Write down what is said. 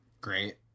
Great